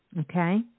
Okay